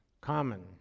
common